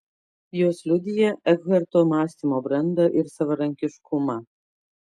jos liudija ekharto mąstymo brandą ir savarankiškumą